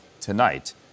tonight